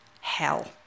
hell